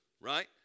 right